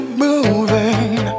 moving